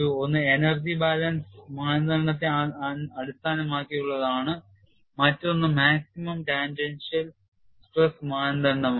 ഒന്ന് energy balance മാനദണ്ഡത്തെ അടിസ്ഥാനമാക്കിയുള്ളതാണ് മറ്റൊന്ന് maximum ടാൻജൻഷ്യൽ സ്ട്രെസ് മാനദണ്ഡം ആണ്